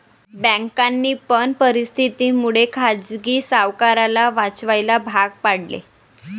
बँकांनी पण परिस्थिती मुळे खाजगी सावकाराला वाचवायला भाग पाडले